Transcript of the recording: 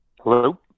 hello